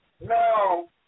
no